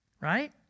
Right